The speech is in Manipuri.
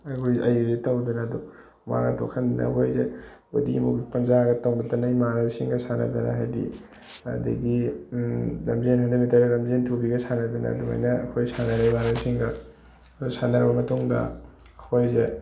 ꯑꯩꯈꯣꯏ ꯑꯩꯗꯤ ꯇꯧꯗꯅ ꯑꯗꯨ ꯍꯨꯃꯥꯡꯒ ꯊꯣꯛꯍꯟꯗꯅ ꯑꯩꯈꯣꯏꯁꯦ ꯑꯗꯨꯗꯩ ꯑꯃꯨꯛ ꯄꯟꯖꯥꯒ ꯇꯧꯗꯅ ꯏꯃꯥꯟꯅꯕꯁꯤꯡꯒ ꯁꯥꯟꯅꯗꯅ ꯍꯥꯏꯗꯤ ꯑꯗꯨꯗꯒꯤ ꯂꯝꯖꯦꯟ ꯍꯟꯗ꯭ꯔꯦꯠ ꯃꯤꯇꯔ ꯂꯝꯖꯦꯟ ꯊꯨꯕꯤꯒ ꯁꯥꯟꯅꯗꯅ ꯑꯗꯨꯃꯥꯏꯅ ꯑꯩꯈꯣꯏ ꯁꯥꯟꯅꯔꯦ ꯏꯃꯥꯟꯅꯕꯁꯤꯡꯒ ꯑꯗꯣ ꯁꯥꯟꯅꯔꯕ ꯃꯇꯨꯡꯗ ꯑꯩꯈꯣꯏꯁꯦ